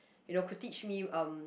you know could teach me um